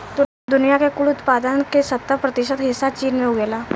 दुनिया के कुल उत्पादन के सत्तर प्रतिशत हिस्सा चीन में उगेला